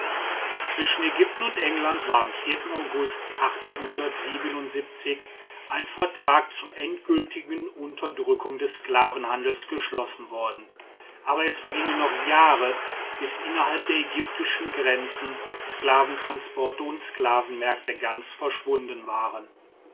zwischen ägypten und england war am august ein vertrag zur endgültigen unterdrückung des sklavenhandels geschlossen worden aber es vergingen noch jahre bis innerhalb der ägyptischen grenzen sklaventransporte und sklavenmärkte ganz verschwunden waren